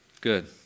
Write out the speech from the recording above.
Good